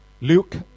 Luke